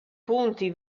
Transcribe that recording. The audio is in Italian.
punti